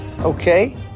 Okay